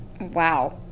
Wow